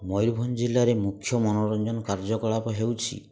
ମୟୂରଭଞ୍ଜ ଜିଲ୍ଲାରେ ମୁଖ୍ୟ ମନୋରଞ୍ଜନ କାର୍ଯ୍ୟକଳାପ ହେଉଛି